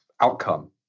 outcome